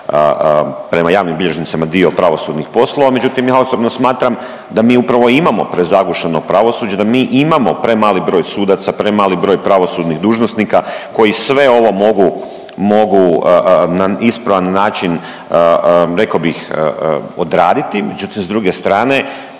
prema javnim bilježnicima dio pravosudnih poslova. Međutim, ja osobno smatram da mi upravo imamo prezagušeno pravosuđe, da mi imamo premali broj sudaca, premali broj pravosudnih dužnosnika koji sve ovo mogu na ispravan način rekao bih odraditi. Međutim, s druge strane